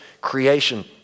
creation